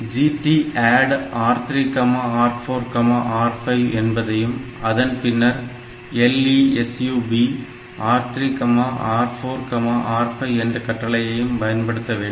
GTADD R3 R4 R5 என்பதையும் அதன்பின்னர் LESUB R3 R4 R5 என்ற கட்டளையையும் பயன்படுத்த வேண்டும்